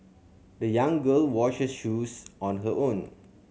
the young girl washed her shoes on her own